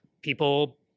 People